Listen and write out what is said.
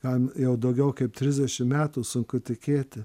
man jau daugiau kaip trisdešim metų sunku tikėti